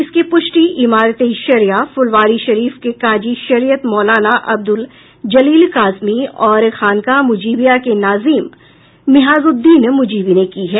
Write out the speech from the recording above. इसकी पुष्टि इमारत ए शरिया फुलवारीशरीफ के काजी शरियत मौलाना अब्दुल जलील कासमी और खानकाह मुजीबिया के नाजीम मिंहाजुद्दीन मुजीबी ने की है